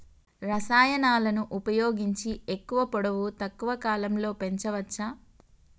రసాయనాలను ఉపయోగించి ఎక్కువ పొడవు తక్కువ కాలంలో పెంచవచ్చా?